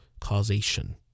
causation